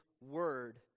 word